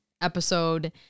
episode